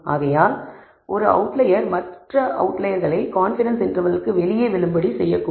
ஆகையால் ஒரு அவுட்லயர் மற்ற அவுட்லயர்களை கான்பிடன்ஸ் இன்டர்வெல்லுக்கு வெளியே விழும்படி செய்யக்கூடும்